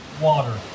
water